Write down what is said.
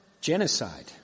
Genocide